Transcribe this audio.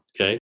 okay